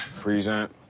Present